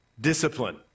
discipline